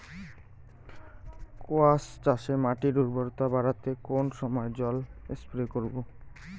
কোয়াস চাষে মাটির উর্বরতা বাড়াতে কোন সময় জল স্প্রে করব?